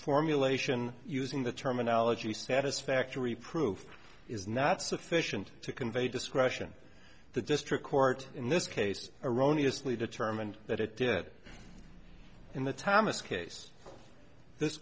formulation using the terminology satisfactory proof is not sufficient to convey discretion the district court in this case erroneous lee determined that it did in the thomas case this